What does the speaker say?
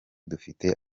dufite